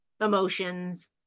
emotions